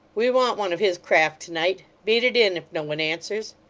we want one of his craft to-night. beat it in no one answers